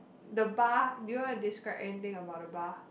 the bar do you want to describe anything about the bar